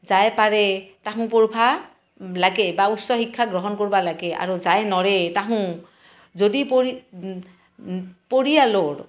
যায় পাৰে তাহুন পঢ়বা লাগে বা উচ্চ শিক্ষা গ্ৰহণ কৰবা লাগে আৰু যায় নৰে তাহুন যদি পৰি পৰিয়ালৰ